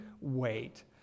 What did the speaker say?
wait